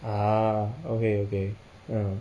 ah okay okay